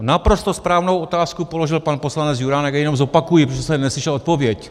Naprosto správnou otázku položil pan poslanec Juránek a já ji jenom zopakuji, protože jsem tady neslyšel odpověď.